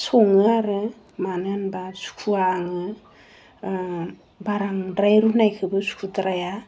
सङो आरो मानो होनबा सुखुवा आङो बांद्राय रुनायखौबो सुखुद्राया